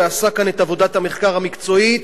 הוא עשה כאן את עבודת המחקר המקצועית,